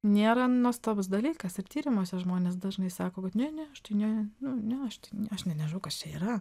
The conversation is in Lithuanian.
nėra nuostabus dalykas ir tyrimuose žmonės dažnai sako kad ne ne aš tai ne nu ne aš ten aš net nežinau kas čia yra